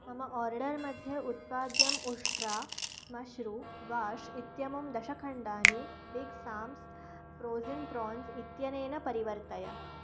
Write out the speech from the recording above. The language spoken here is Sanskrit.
मम आर्डर् मध्ये उत्पाद्यम् उष्ट्रा स्मश्रू वाश् इत्यमुं दशखण्डानि big Sam's frozen prawns frozen prawns इत्यनेन परिवर्तय